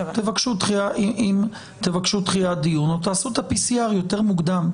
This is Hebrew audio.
תבקשו דחיית דיון או תעשו את ה-pcr יותר מוקדם.